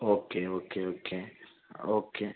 okay okay okay okay